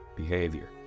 behavior